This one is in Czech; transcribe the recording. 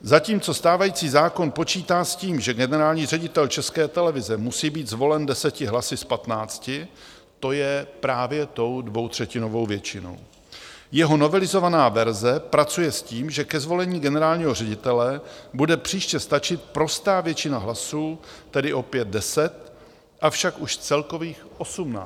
Zatímco stávající zákon počítá s tím, že generální ředitel České televize musí být zvolen 10 hlasy z 15, to je právě tou dvoutřetinovou většinou, jeho novelizovaná verze pracuje s tím, že ke zvolení generálního ředitele bude příště stačit prostá většina hlasů, tedy opět 10, avšak už z celkových 18.